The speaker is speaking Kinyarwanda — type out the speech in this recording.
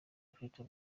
afite